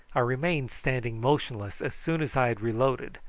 i remained standing motionless as soon as i had reloaded,